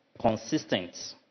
consistent